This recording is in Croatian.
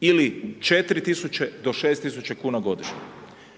ili 4.000 do 6.000 kuna godišnje.